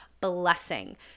blessing